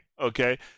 okay